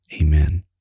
Amen